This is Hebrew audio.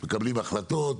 מקבלים החלטות,